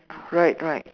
right right